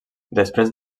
després